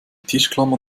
tischklammer